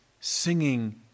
singing